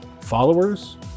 followers